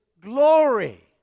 glory